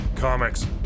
Comics